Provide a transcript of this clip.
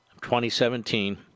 2017